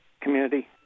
community